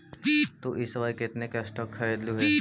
तु इस बार कितने के स्टॉक्स खरीदलु हे